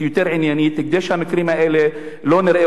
כדי שלא נראה את המקרים האלה בעתיד,